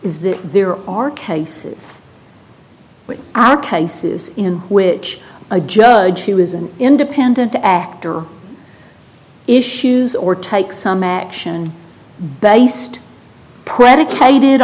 is that there are cases there are cases in which a judge who is an independent actor issues or take some action based predicated